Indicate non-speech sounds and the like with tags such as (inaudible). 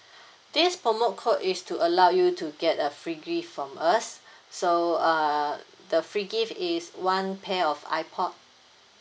this promo code is to allow you to get a free gift from us (breath) so err the free gift is one pair of iPod